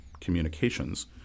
communications